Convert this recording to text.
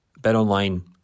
BetOnline